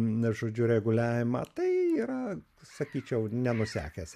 na žodžiu reguliavimą tai yra sakyčiau nenusekęs